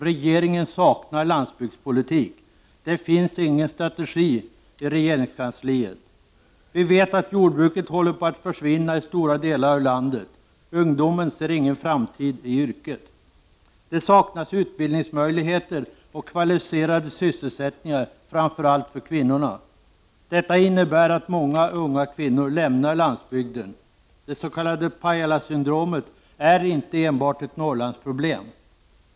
Regeringen saknar landsbygdspolitik. Det finns ingen strategi i regeringskansliet. Vi vet att jordbruket håller på att försvinna i stora delar av landet. Ungdomen ser ingen framtid i yrket. Det saknas utbildningsmöjligheter och kvalificerade sysselsättningar framför allt för kvinnorna. Detta innebär att många unga kvinnor lämnar landsbygden. Det s.k. Pajalasyndromet är inte enbart ett Norrlandsproblem.